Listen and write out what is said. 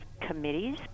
committees